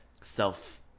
self